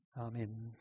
Amen